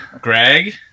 Greg